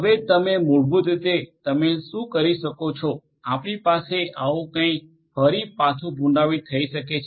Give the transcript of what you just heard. હવે તમે મૂળભૂત રીતે તમે શું કરી શકો છો આપણી પાસે આવું કંઈક ફરી પાછું પુનરાવર્તિત થઈ શકે છે